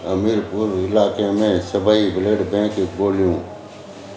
हमीरपुर इलाइक़े में सभई ब्लड बैंक गोल्हियूं